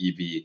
EV